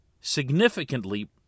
significantly